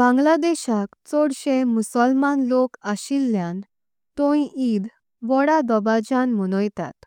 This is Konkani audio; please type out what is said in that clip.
बांग्लादेशाक चौदशे मुसलमान लोक असिल्लेआं। थोई ईद व्होड्डा धोबाजियां मणोईतत